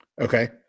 Okay